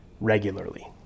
regularly